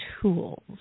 tools